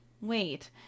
Wait